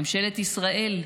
ממשלת ישראל,